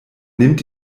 nimmt